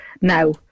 Now